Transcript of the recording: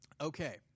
Okay